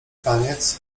taniec